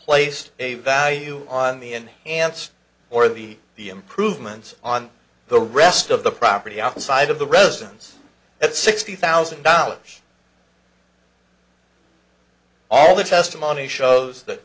place a value on the enhanced or the the improvements on the rest of the property outside of the residence at sixty thousand dollars all the testimony shows that